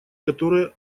которые